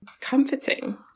comforting